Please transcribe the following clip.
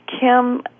Kim